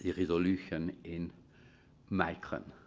yeah resolution in micron.